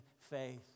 faith